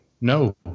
no